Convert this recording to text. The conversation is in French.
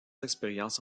expériences